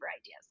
ideas